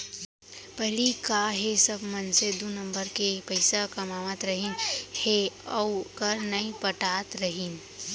पहिली का हे सब मनसे दू नंबर के पइसा कमावत रहिन हे अउ कर नइ पटात रहिन